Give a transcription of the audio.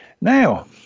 Now